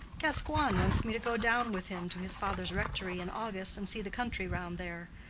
gascoigne wants me to go down with him to his father's rectory in august and see the country round there.